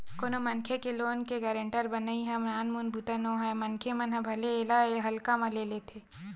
कोनो मनखे के लोन के गारेंटर बनई ह नानमुन बूता नोहय मनखे मन ह भले एला हल्का म ले लेथे